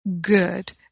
good